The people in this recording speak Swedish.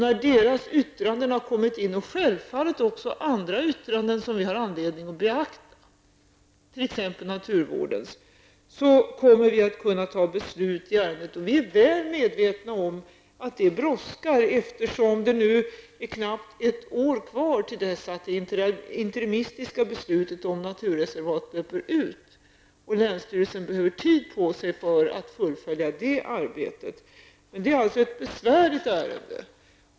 När deras yttranden har kommit in -- liksom självfallet också andra yttranden som vi har anledning att beakta, t.ex. naturvårdens -- kommer vi att kunna fatta beslut i ärendet. Vi är väl medvetna om att det brådskar, eftersom det nu är knappt ett år kvar till dess att det interimistiska beslutet om naturreservat löper ut. Länsstyrelsen behöver ha tid på sig för att fullfölja det arbetet. Ärendet är alltså besvärligt.